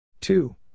Two